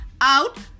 out